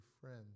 friends